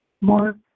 more